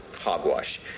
hogwash